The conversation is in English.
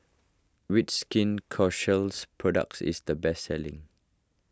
which Skin products is the best selling